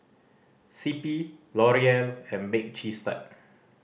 C P L'Oreal and Bake Cheese Tart